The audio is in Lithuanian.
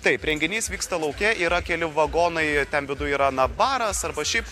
taip renginys vyksta lauke yra keli vagonai ten viduj yra na baras arba šiaip